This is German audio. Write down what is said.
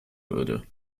würde